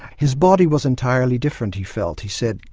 his body was entirely different, he felt. he said,